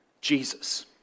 Jesus